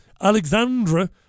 Alexandra